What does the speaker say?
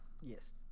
Yes